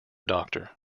doctor